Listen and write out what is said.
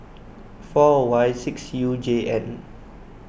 four Y six U J N